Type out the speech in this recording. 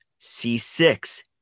C6